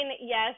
yes